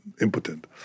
impotent